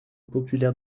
populaire